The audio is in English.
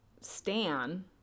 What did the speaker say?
Stan